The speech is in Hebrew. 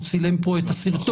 הוא צילם פה את הסרטון.